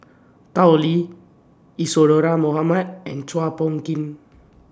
Tao Li Isadhora Mohamed and Chua Phung Kim